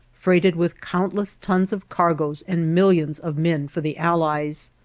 freighted with countless tons of cargoes and millions of men for the allies.